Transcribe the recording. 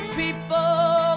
people